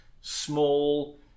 small